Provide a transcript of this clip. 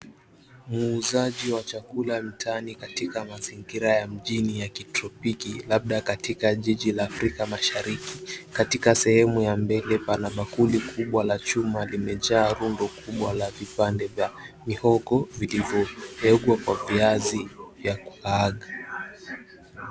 Muuzaji wa chakula mtaani katika mazingira ya mjini ya kitropiki labda katika jiji la Afrika Mashariki katika sehemu ya mbele pana bakuli kubwa la chuma limejaa rundo kubwa la vipande vya mihogo vilivyoekwa kwa viazi vya kukaanga.